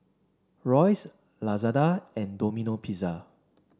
Royce Lazada and Domino Pizza